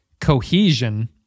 cohesion